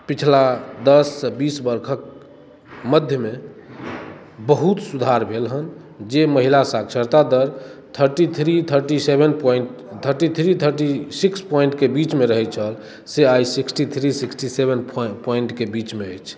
पिछला दससँ बीस वर्षक मध्यमे बहुत सुधार भेल हन जे महिला साक्षरता दर thirty three thirty seven point thirty three thirty six पोइन्टके बीचमे रहैत छल से आइ सिक्सटी थ्री सिक्सटी सेवेन प्वा पोइन्टके बीचमे अछि